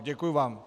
Děkuji vám.